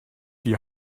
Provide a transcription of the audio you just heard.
die